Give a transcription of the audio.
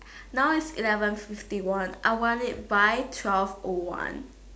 now it's eleven fifty one I want it by twelve o one